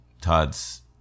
Todd's